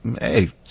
hey